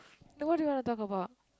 then what do you want to talk about